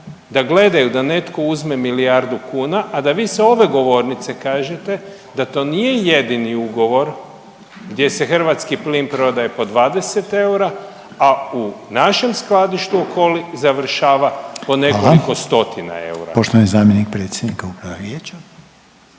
da gledaju da netko uzme milijardu kuna, a da vi sa ove govornice kažete da to nije jedini ugovor gdje se hrvatski plin prodaje po 20 eura, a u našem skladištu Okoli završava po nekoliko stotina eura. **Reiner, Željko (HDZ)** Hvala.